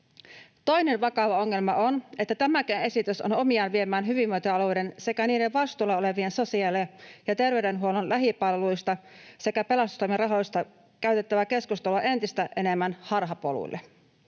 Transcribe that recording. Toinen vakava ongelma on, että tämäkin esitys on omiaan viemään hyvinvointialueiden sekä niiden vastuulla olevien sosiaali- ja terveydenhuollon lähipalveluista sekä pelastustoimen rahoista käytävää keskustelua entistä enemmän harhapoluille.